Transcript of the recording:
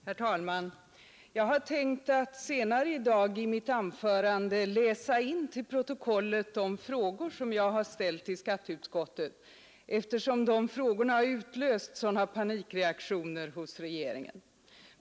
Herr talman! Jag hade tänkt att senare i dag i mitt anförande läsa in till protokollet de frågor som jag har ställt i skatteutskottet eftersom de frågorna har utlöst sådana panikreaktioner hos regeringen.